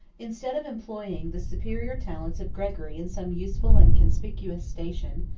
instead of employing the superior talents of gregory in some useful and conspicuous station,